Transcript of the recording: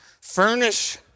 furnish